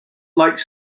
like